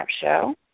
show